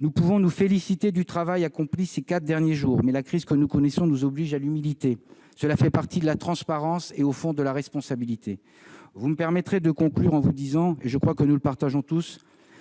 Nous pouvons nous féliciter du travail accompli ces quatre derniers jours, mais la crise que nous connaissons nous oblige à l'humilité. Cela fait partie de la transparence et, au fond, de la responsabilité. Vous me permettrez de conclure en vous disant, ce que, je crois, nous partageons tous,